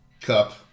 cup